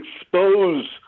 expose